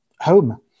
home